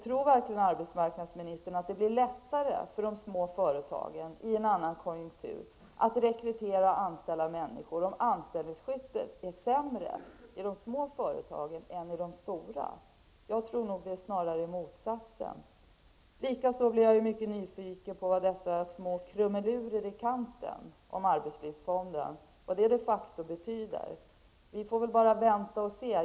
Tror verkligen arbetsmarknadsministern att det i en annan konjunktur blir lättare för de små företagen att rekrytera och anställa människor om anställningsskyddet är sämre där än i de stora företagen? Jag tror att det snarare är motsatsen. Jag blir likaså mycket nyfiken på vad dessa små ''krumelurer i kanten'' i fråga om arbetslivsfonden de facto betyder. Vi får väl bara vänta och se.